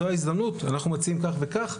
זו ההזדמנות; אנחנו מציעים כך וכך.